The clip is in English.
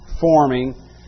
forming